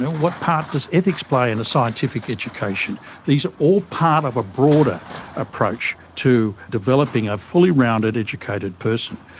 and what part does ethics play in a scientific education? these are all part of a broader approach to developing a fully rounded educated person.